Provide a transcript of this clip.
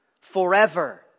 forever